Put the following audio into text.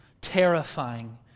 terrifying